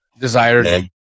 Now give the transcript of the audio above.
desired